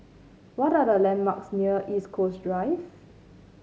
what are the landmarks near Eastwood Drive